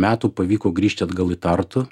metų pavyko grįžti atgal į tartu